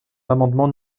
l’amendement